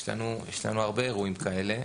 יש לנו הרבה אירועים כאלה.